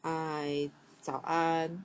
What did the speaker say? hi 早安